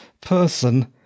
person